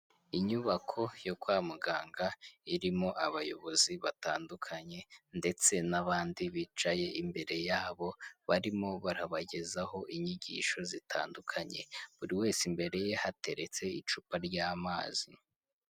Inyubako yo kwa muganga irimo abayobozi batandukanye ndetse n'abandi bicaye imbere yabo, barimo barabagezaho inyigisho zitandukanye buri wese imbere ye hateretse icupa ry'amazi.